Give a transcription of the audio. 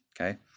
Okay